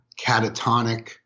Catatonic